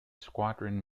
squadron